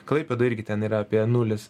klaipėda irgi ten yra apie nulis